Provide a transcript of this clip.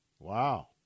Wow